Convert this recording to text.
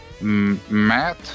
Matt